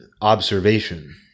observation